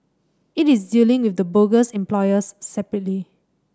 it is dealing with the bogus employers separately